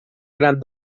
gran